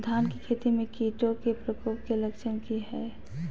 धान की खेती में कीटों के प्रकोप के लक्षण कि हैय?